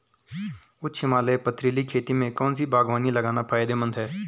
उच्च हिमालयी पथरीली खेती में कौन सी बागवानी लगाना फायदेमंद है?